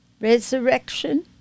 Resurrection